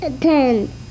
Ten